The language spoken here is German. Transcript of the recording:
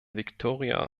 victoria